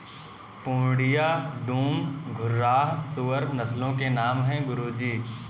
पूर्णिया, डूम, घुर्राह सूअर नस्लों के नाम है गुरु जी